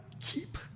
keep